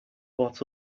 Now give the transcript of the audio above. what